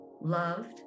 loved